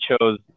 chose